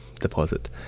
deposit